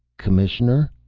commissioner